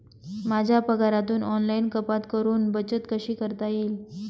माझ्या पगारातून ऑनलाइन कपात करुन बचत कशी करता येईल?